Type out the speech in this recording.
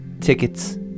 Tickets